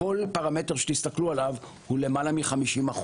כל פרמטר שתסתכלו עליו הוא למעלה מ-50%.